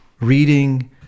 reading